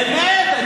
אמת.